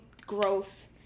growth